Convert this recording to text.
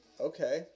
Okay